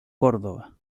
córdoba